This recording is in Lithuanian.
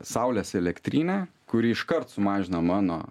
saulės elektrinę kuri iškart sumažina mano